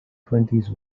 twenties